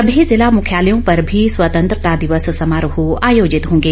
सभी जिला मुख्यालयों पर भी स्वतंत्रता दिवस समारोह आयोजित होंगे